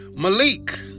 Malik